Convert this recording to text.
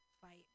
fight